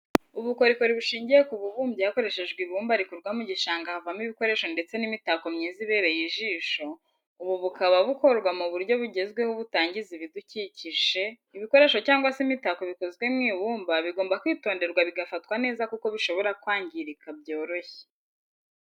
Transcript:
Ubukorikori bushingiye ku bubumbyi hakoreshejwe ibumba rikurwa mu gishanga buvamo ibikoresho ndetse n'imitako myiza ibereye ijisho, ubu bukaba bukorwa mu buryo bugezweho butangiza ibidukikije, ibikoresho cyangwa se imitako bikozwe mu ibumba bigomba kwitonderwa bigafatwa neza kuko bishobora kwangirika byoroshye.